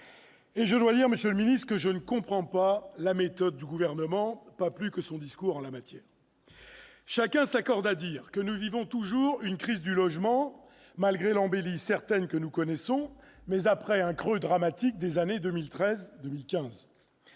celui du logement. Je dois dire que je ne comprends pas la méthode du Gouvernement, non plus que son discours, en la matière. Chacun s'accorde à dire que nous vivons toujours une crise du logement, malgré l'embellie certaine que nous connaissons après le creux dramatique des années 2013-2015.